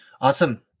awesome